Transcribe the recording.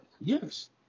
Yes